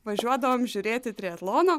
važiuodavom žiūrėti triatlono